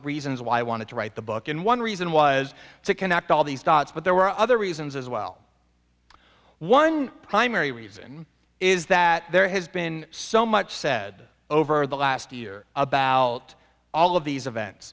reasons why i wanted to write the book and one reason was to connect all these dots but there were other reasons as well one primary reason is that there has been so much said over the last year about all of these events